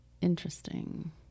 interesting